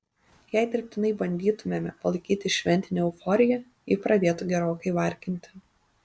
jei dirbtinai bandytumėme palaikyti šventinę euforiją ji pradėtų gerokai varginti